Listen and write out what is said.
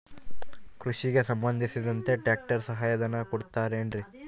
ಕೃಷಿಗೆ ಸಂಬಂಧಿಸಿದಂತೆ ಟ್ರ್ಯಾಕ್ಟರ್ ಸಹಾಯಧನ ಕೊಡುತ್ತಾರೆ ಏನ್ರಿ?